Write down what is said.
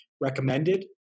recommended